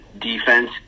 defense